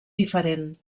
diferent